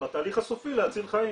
בתהליך הסופי, להציל חיים.